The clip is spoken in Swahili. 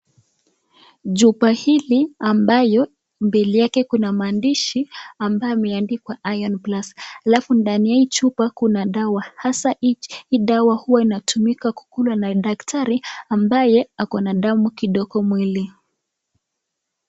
Chupa hili ambayo mbele yake kuna maandishi ambayo yameandikwa iron plus alafu ndani ya hii chupa kuna dawa hasa hii dawa huwa inatumika kukulwa na daktari ambaye ako na damu kidogo mwili.